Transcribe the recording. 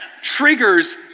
triggers